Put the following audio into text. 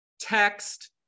text